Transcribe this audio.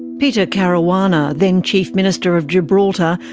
peter caruana, then chief minister of gibraltar,